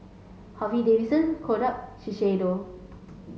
Harley Davidson Kodak Shiseido